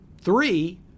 Three